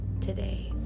today